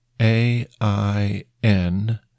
A-I-N